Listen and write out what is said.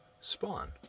Spawn